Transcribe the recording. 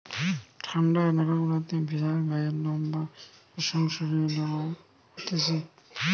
ঠান্ডা এলাকা গুলাতে ভেড়ার গায়ের লোম বা রেশম সরিয়ে লওয়া হতিছে